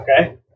Okay